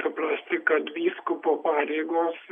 mes turim suprasti kad vyskupo pareigos